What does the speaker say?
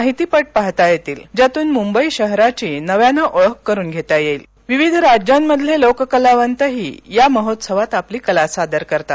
माहितीपट पाहता येतील ज्यातून मुंबई शहराची नव्यानं ओळख करून घेता येईल विविध राज्यांमधले लोककलावंतही या महोत्सवात आपली कला सादर करतात